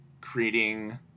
creating